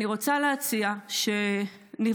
אני רוצה להציע שנבחר,